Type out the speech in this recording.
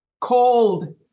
Cold